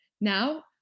Now